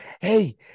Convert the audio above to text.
Hey